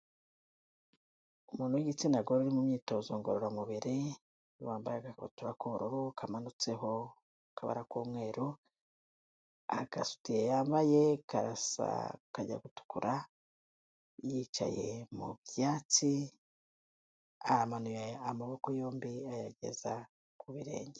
Umuntu w'igitsina gore mu myitozo ngororamubiri wambaye agakabutura kamanutseho akabara k'umweru agasutiya yambaye karasa kajya gutukura yicaye mu byatsi amanuye amaboko yombi ayageza ku birenge.